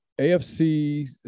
AFC